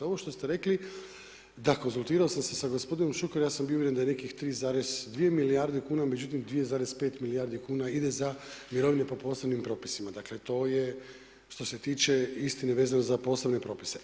Ovo što ste rekli, da, konzultirao sam se sa gospodinom Šukerom, ja sam bio uvjeren da je nekih 3,2 milijarde kuna, međutim 2,5 milijardi kuna ide za mirovine po posebnim propisima, dakle to je što se tiče istine vezane za posebne propise.